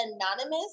anonymous